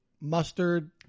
Mustard